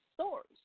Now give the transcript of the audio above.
stories